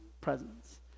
presence